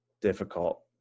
difficult